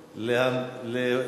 יעלה.